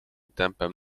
tempem